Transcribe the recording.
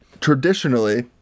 Traditionally